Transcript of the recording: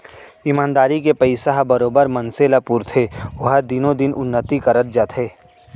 ईमानदारी के पइसा ह बरोबर मनसे ल पुरथे ओहा दिनो दिन उन्नति करत जाथे